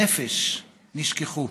הנפש, נשכחו.